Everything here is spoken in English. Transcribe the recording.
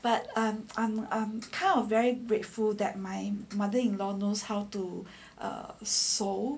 but I'm I'm I'm kind of very grateful that my mother in law knows how to ah sew